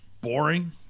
boring